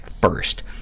first